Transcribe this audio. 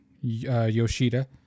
Yoshida